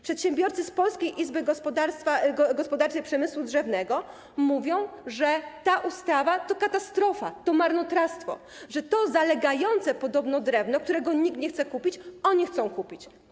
Przedsiębiorcy z Polskiej Izby Gospodarczej Przemysłu Drzewnego mówią, że ta ustawa to katastrofa, to marnotrawstwo, że to zalegające podobno drewno, którego nikt nie chce kupić, oni chcą kupić.